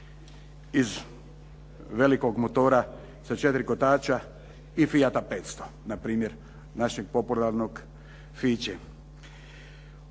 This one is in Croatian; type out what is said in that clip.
iz velikog motora sa 4 kotača i Fiat 500 na primjer, našeg popularnog "Fiće".